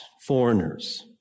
foreigners